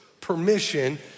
permission